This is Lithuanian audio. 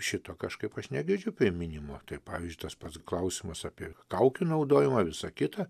šito kažkaip aš negirdžiu priminimo tai pavyzdžiui tas pats klausimas apie kaukių naudojimą visa kita